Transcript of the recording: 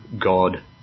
God